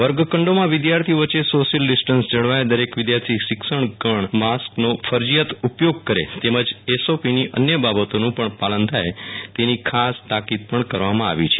વર્ગખંડોમાં વિદ્યાર્થીઓ વચ્ચે social distance જળવાય દરેક વિદ્યાર્થી શિક્ષકગણ માસ્કનો ફરજિયાત ઉપયોગ કરે તેમજ ડુુજની અન્ય બાબતોનું પણ પાલન થાય તેની ખાસ તાકીદ પણ કરવામાં આવી છે